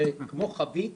זה כמו חבית